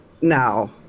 now